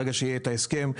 ברגע שיהיה את ההסכם,